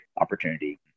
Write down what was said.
opportunity